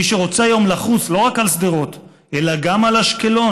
מי שרוצה היום לחוס לא רק על שדרות אלא גם על אשקלון,